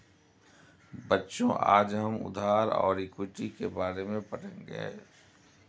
बच्चों आज हम उधार और इक्विटी के बारे में पढ़ेंगे